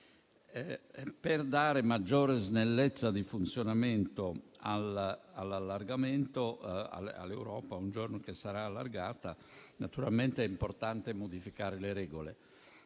Per dare maggiore snellezza di funzionamento all'allargamento dell'Europa, un giorno che sarà allargata, naturalmente è importante modificare le regole.